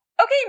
okay